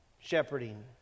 shepherding